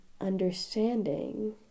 understanding